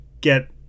get